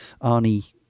Arnie